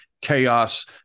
chaos